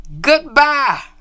Goodbye